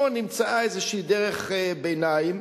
פה נמצאה איזושהי דרך ביניים,